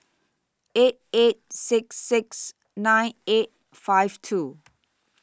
eight eight six six nine eight five two